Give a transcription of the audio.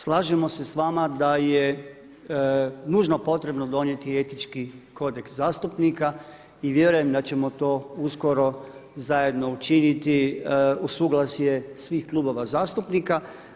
Slažemo se s vama da je nužno potrebno donijeti etički kodeks zastupnika i vjerujem da ćemo to uskoro zajedno učiniti u suglasje svih klubova zastupnika.